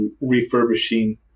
refurbishing